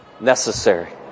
necessary